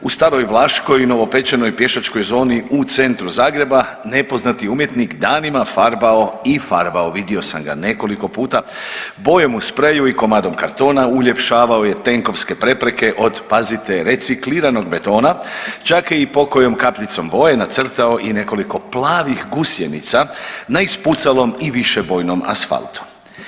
U Staroj Vlaškoj i novopečenoj pješačkoj zoni u centru Zagreba nepoznati je umjetnik danima farbao i farbao, vidio sam ga nekoliko puta, bojom u spreju i komadom kartona uljepšavao je tenkovske prepreke od pazite recikliranog betona čak je i pokojom kapljicom boje nacrtao i nekoliko plavih gusjenica na ispucalom i višebojnom asfaltu.